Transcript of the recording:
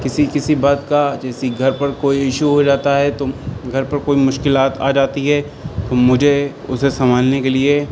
کسی کسی بات کا جیسے گھر پر کوئی ایشو ہو جاتا ہے تو گھر پر کوئی مشکلات آ جاتی ہے تو مجھے اسے سنبھالنے کے لیے